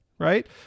right